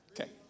Okay